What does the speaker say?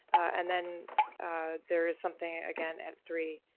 and then there is something again at three